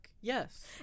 yes